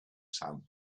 sand